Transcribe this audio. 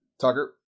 Tucker